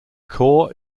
core